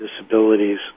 disabilities